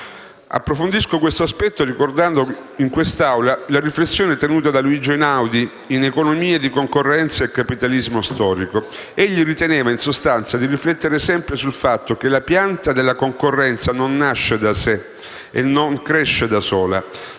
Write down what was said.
Approfondisco questo aspetto ricordando in quest'Assemblea la riflessione tenuta da Luigi Einaudi in «Economia di concorrenza e capitalismo storico». Egli riteneva in sostanza di riflettere sempre sul fatto che «la pianta della concorrenza non nasce da sé, e non cresce da sola;